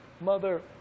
mother